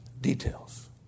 Details